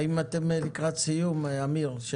האם אתם לקראת סיום, אמיר?